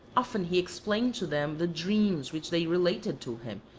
often he explained to them the dreams which they related to him,